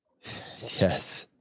Yes